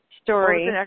Story